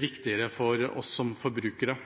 viktigere for oss som forbrukere.